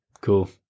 Cool